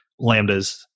lambdas